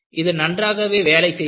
இது நன்றாகவே வேலை செய்தது